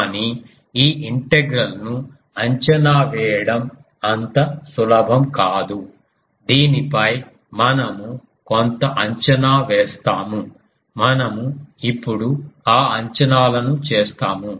కానీ ఈ ఇంటెగ్రల్ ను అంచనా వేయడం అంత సులభం కాదు దీనిపై మనము కొంత అంచనా వేస్తాము మనము ఇప్పుడు ఆ అంచనాలను చేస్తాము